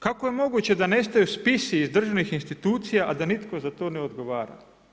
Kako je moguće da nestaju spisi iz državnih institucija, a da nitko za to ne odgovara.